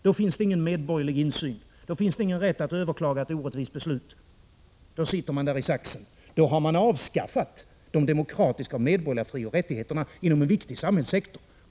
Då finns det ingen medborgerlig insyn, ingen rätt att överklaga ett orättvist beslut, då sitter man i saxen, då har man avskaffat de demokratiska och medborgerliga frioch rättigheterna inom en viktig samhällssektor.